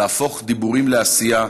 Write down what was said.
להפוך דיבורים לעשייה,